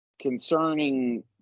concerning